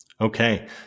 Okay